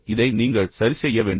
இதை நீங்கள் சரிசெய்ய வேண்டும்